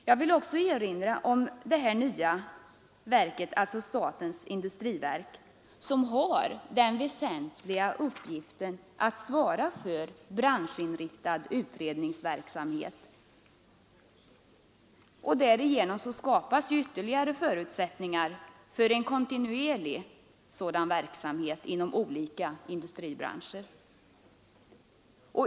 Jag vill vidare erinra om det nya verket, alltså statens industriverk, som har den väsentliga uppgiften att svara för branschinriktad utredningsverksamhet. Därigenom skapas ju ytterligare förutsättningar för en kontinuerlig sådan verksamhet inom olika industribranscher.